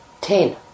ten